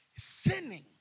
Sinning